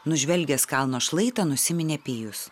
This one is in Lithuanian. nužvelgęs kalno šlaitą nusiminė pijus